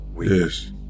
Yes